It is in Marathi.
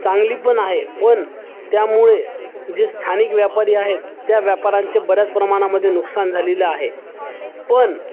चांगली पण आहे पण त्यामुळे जे स्थानिक व्यापारी आहेत त्या व्यापाऱ्यांचे बऱ्याच प्रमाणामध्ये नुकसान झालेलं आहे पण